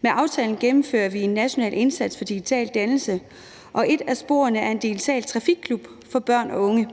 Med aftalen gennemfører vi en national indsats for digital dannelse, og et af sporene er en digital trafikklub for børn og unge.